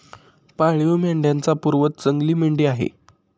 पाळीव मेंढ्यांचा पूर्वज जंगली मेंढी आहे